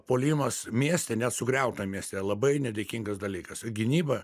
puolimas mieste net sugriautam mieste labai nedėkingas dalykas gynyba